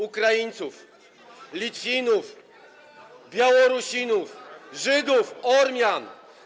Ukraińców, Litwinów, Białorusinów, Żydów, Ormian.